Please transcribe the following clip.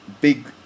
big